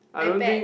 I bet